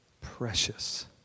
precious